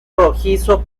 rojizo